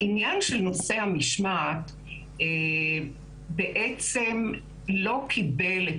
עניין נושא המשמעת בעצם לא קיבל את